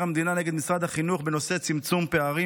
המדינה נגד משרד החינוך בנושא צמצום פערים,